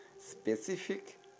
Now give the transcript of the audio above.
specific